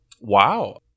Wow